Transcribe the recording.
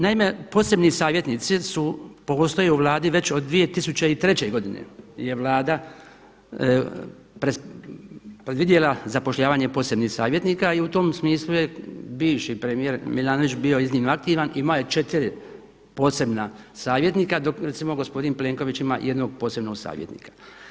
Naime, posebni savjetnici su, postoje u Vladi već od 2003. godine je Vlada predvidjela zapošljavanje posebnih savjetnika i u tom smislu je bivši premijer Milanović bio iznimno aktivan, imao je četiri posebna savjetnika dok recimo gospodin Plenković ima jednog posebnog savjetnika.